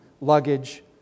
luggage